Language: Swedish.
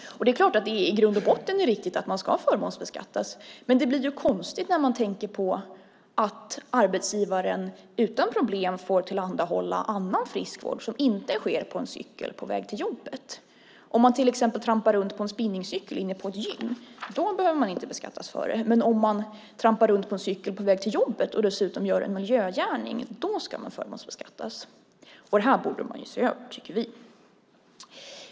Det är klart att det i grund och botten är riktigt att man förmånsbeskattas, men det blir ju konstigt när arbetsgivaren utan problem får tillhandahålla annan friskvård som inte sker på en cykel på väg till jobbet. Om man till exempel trampar på en spinningcykel inne på ett gym behöver man inte beskattas för det, men om man trampar på en cykel på väg till jobbet och dessutom gör en miljögärning ska man förmånsbeskattas. Det här borde man se över, tycker vi.